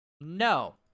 No